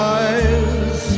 eyes